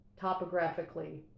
topographically